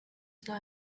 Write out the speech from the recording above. that